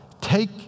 take